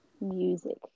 music